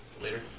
later